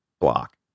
block